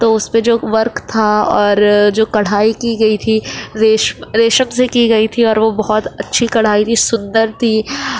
تو اس پہ جو ورک تھا اور جو کڑھائی کی گئی تھی ریش ریشم سے کی گئی تھی اور وہ بہت اچھی کڑھائی تھی سندر تھی